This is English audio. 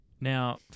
Now